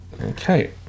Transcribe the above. Okay